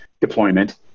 deployment